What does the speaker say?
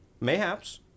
Mayhaps